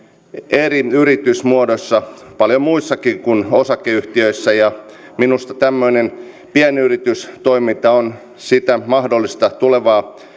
eri yritysmuodossa paljon muissakin kuin osakeyhtiöissä ja minusta tämmöinen pienyritystoiminta on sitä mahdollista tulevaa